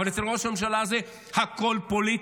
אבל אצל ראש הממשלה הזה הכול פוליטי,